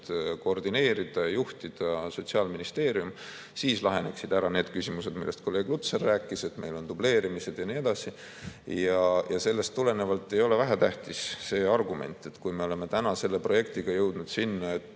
koordineerida ja juhtida Sotsiaalministeerium. Siis laheneksid ära need küsimused, millest kolleeg Lutsar rääkis, et meil on dubleerimised ja nii edasi. Ja sellest tulenevalt ei ole vähetähtis see argument, et kui me oleme täna selle projektiga jõudnud sinna, et